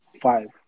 five